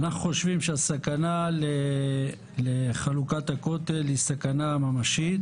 אנחנו חושבים שהסכנה לחלוקת הכותל היא סכנה ממשית.